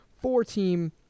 four-team